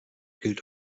gilt